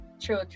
true